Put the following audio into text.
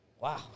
wow